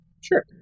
Sure